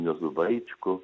juozu vaičku